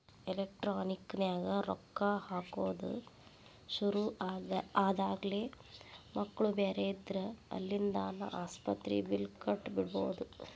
electronic ನ್ಯಾಗ ರೊಕ್ಕಾ ಹಾಕೊದ್ ಶುರು ಆದ್ಮ್ಯಾಲೆ ಮಕ್ಳು ಬ್ಯಾರೆ ಇದ್ರ ಅಲ್ಲಿಂದಾನ ಆಸ್ಪತ್ರಿ ಬಿಲ್ಲ್ ಕಟ ಬಿಡ್ಬೊದ್